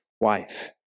wife